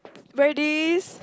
ladies